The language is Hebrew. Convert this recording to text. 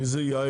מי זה יאיר?